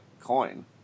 coin